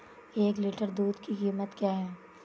एक लीटर दूध की कीमत क्या है?